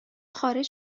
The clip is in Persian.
خارج